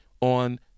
on